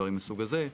דברים מהסוג הזה,